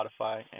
Spotify